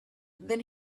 then